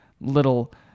little